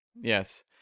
yes